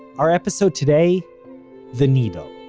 our episode today the needle.